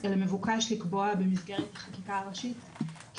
אלא מבוקש לקבוע במסגרת החקיקה הראשית כי